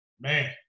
man